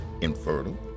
infertile